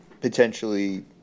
potentially